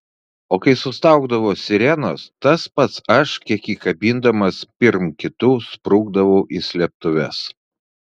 o kai sustaugdavo sirenos tas pats aš kiek įkabindamas pirm kitų sprukdavau į slėptuves